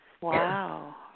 Wow